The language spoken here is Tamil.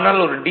ஆனால் ஒரு டி